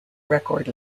record